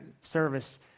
service